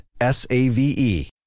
S-A-V-E